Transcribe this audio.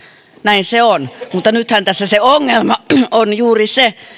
näin se on mutta nythän tässä ongelma on juuri se